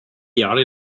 jahre